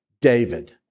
David